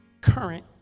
current